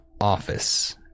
office